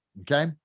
okay